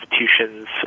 institutions